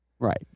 Right